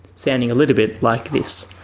sounding a little bit like this